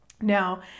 Now